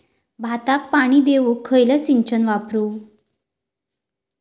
भाताक पाणी देऊक खयली सिंचन वापरू?